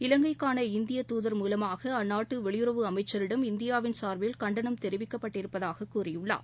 இலங்கைக்கான இந்திய துதர் மூலமாக அந்நாட்டு வெளியுறவு அமைச்சரிடம் இந்தியாவின் சார்பில் கண்டனம் தெரிவிக்கப்பட்டிருப்பதாக கூறியுள்ளார்